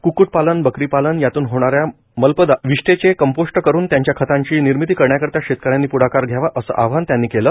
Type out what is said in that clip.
cooked पालन बकरी पालन यातून होणाऱ्या मल्पदा विष्ठेचे कंपोस्ट करून त्याच्या खताची निर्मिती करण्याकरिता शेतकऱ्यांनी प्ढाकार घ्यावा असे आवाहन त्यांनी केले